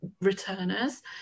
returners